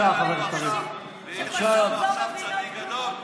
שפשוט לא מבינות כלום, נהיית לנו עכשיו צדיק גדול?